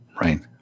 Right